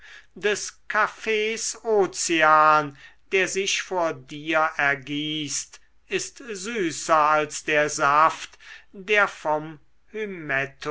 des kaffees ozean der sich vor dir ergießt ist süßer als der saft der vom